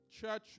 church